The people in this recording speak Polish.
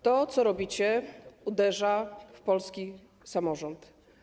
To, co robicie, uderza w polski samorząd.